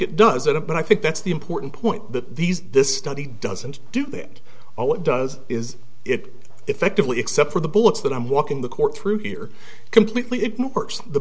it does it but i think that's the important point that these this study doesn't do that all it does is it effectively except for the bullets that i'm walking the court through here completely ignore the